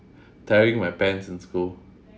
tearing my pants in school